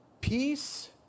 peace